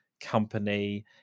company